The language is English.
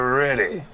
ready